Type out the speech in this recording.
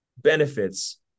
benefits